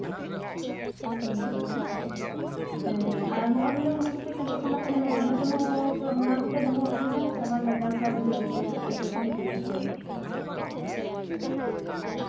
ᱦᱩᱸ ᱟᱪᱪᱷᱟ ᱟᱪᱪᱷᱟ ᱦᱮᱸ ᱟᱨ ᱦᱚᱸᱜᱼᱚᱭ ᱵᱚᱞᱮ ᱦᱩᱲᱩ ᱠᱚᱯᱮ ᱪᱟᱥᱚᱜ ᱠᱟᱱᱟ ᱱᱚᱣᱟ ᱤᱛᱟᱹ ᱦᱚᱸ ᱚᱱᱟ ᱜᱮᱯᱮ ᱫᱚᱦᱚᱭᱮᱫᱟ ᱥᱮ ᱟᱵᱟᱨ ᱵᱟᱡᱟᱨ ᱠᱷᱚᱡ ᱡᱩᱫᱟᱹᱛᱮ ᱤᱛᱟᱹ ᱠᱚᱯᱮ ᱠᱤᱨᱤᱧ ᱟᱹᱜᱩᱭᱮᱫᱟ